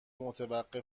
متوقف